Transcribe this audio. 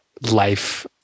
life